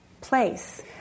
place